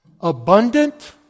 abundant